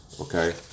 okay